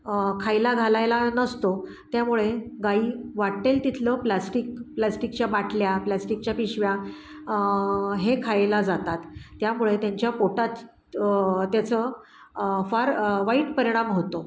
खायला घालायला नसतो त्यामुळे गाई वाटेल तिथलं प्लास्टिक प्लास्टिकच्या बाटल्या प्लास्टिकच्या पिशव्या हे खायला जातात त्यामुळे त्यांच्या पोटात त्याचं फार वाईट परिणाम होतो